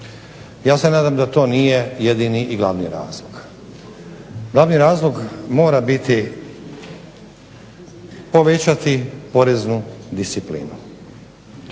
Ja se nadam da to nije jedini i glavni razlog. Glavni razlog mora biti povećati poreznu disciplinu.